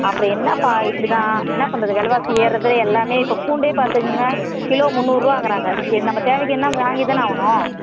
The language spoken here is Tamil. அப்புறம் என்னாப்பா இப்படி தான் என்ன பண்ணுறது வில வாசி ஏறுறதுலையே எல்லாமே இப்போ பூண்டே பார்த்துக்கங்க கிலோ முன்னூறுரூவா வாங்கறாங்க ஏ நம்ம தேவைக்கு என்ன வாங்கி தானே ஆகணும்